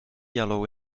yellow